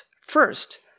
first